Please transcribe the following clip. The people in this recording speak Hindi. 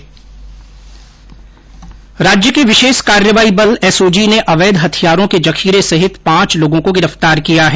राज्य के विशेष कार्रवाई बल एसओजी ने अवैध हथियारों के जखीरे सहित पांच लोगों को गिरफ़तार किया है